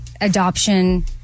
adoption